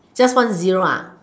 just one zero ah